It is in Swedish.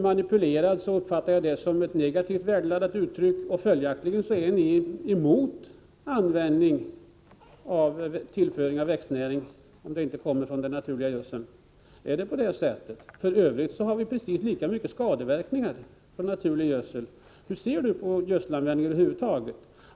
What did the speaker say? Jag uppfattar det som ett negativt värdeladdat uttryck, och följaktligen är ni emot tillförsel av växtnäring som inte kommer från den naturliga gödseln. Är det på det sättet? Skadeverkningarna av naturlig gödsel är för övrigt precis lika stora som för konstgödsel. Hur ser John Andersson på gödselanvändningen över huvud taget?